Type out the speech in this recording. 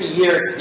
years